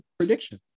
Prediction